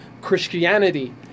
Christianity